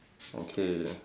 okay